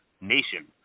nation